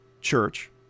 church